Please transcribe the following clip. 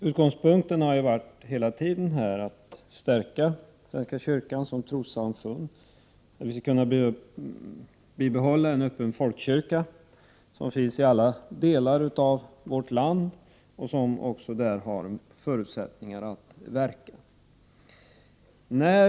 Utgångspunkten har hela tiden varit att stärka svenska kyrkan som trossamfund, att vi skall kunna bibehålla en öppen folkkyrka som finns i alla delar av vårt land och som också har förutsättningar att verka där.